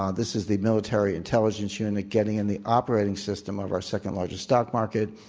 ah this is the military intelligence unit getting in the operating system of our second largest stock market.